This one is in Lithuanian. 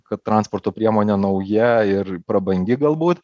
kad transporto priemonė nauja ir prabangi galbūt